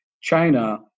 China